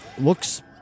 looks